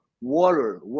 water